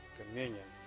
communion